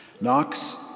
Knox